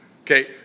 okay